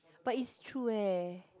but is true eh